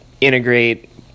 integrate